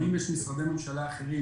האם יש משרדי ממשלה אחרים